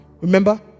remember